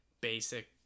basic